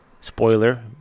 spoiler